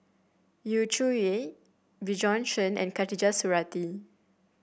Yu Zhuye Bjorn Shen and Khatijah Surattee